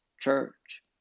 church